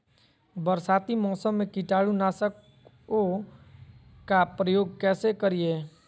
बरसाती मौसम में कीटाणु नाशक ओं का प्रयोग कैसे करिये?